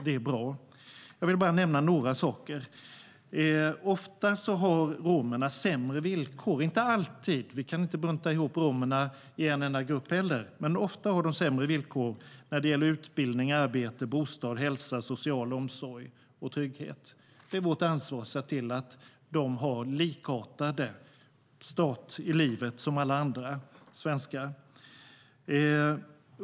Det är bra. Låt mig nämna några saker. Ofta har romerna sämre villkor, men inte alltid. Vi kan inte bunta ihop romerna i en enda grupp, men ofta har de sämre villkor när det gäller utbildning, arbete, bostad, hälsa, social omsorg och trygghet. Det är vårt ansvar att se till att de har en likartad start i livet som alla andra svenskar.